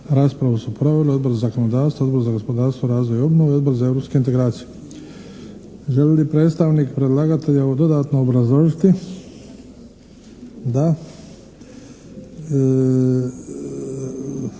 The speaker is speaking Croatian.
Raspravu su proveli Odbor za zakonodavstvo, Odbor za gospodarstvo, razvoj i obnovu i Odbor za europske integracije. Želi li predstavnik predlagatelja ovo dodatno obrazložiti? Da.